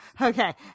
Okay